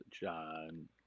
John